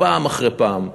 פעם אחרי פעם,